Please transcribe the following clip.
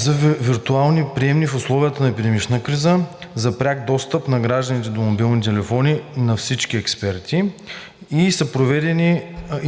са виртуални приемни в условията на епидемична криза, пряк достъп на гражданите до мобилните телефони на всички експерти, проведени